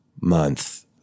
month